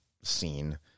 scene